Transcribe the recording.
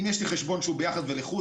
אם יש לי חשבון שהוא ביחד ולחוד,